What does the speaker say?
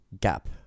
gap